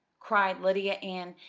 cried lydia ann,